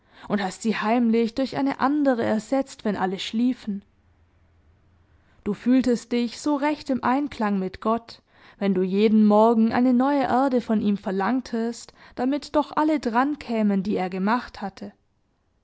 und hast sie heimlich durch eine andere ersetzt wenn alle schliefen du fühltest dich so recht im einklang mit gott wenn du jeden morgen eine neue erde von ihm verlangtest damit doch alle drankämen die er gemacht hatte